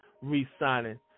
re-signing